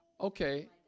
Okay